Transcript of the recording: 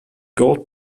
gold